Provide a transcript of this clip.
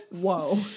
Whoa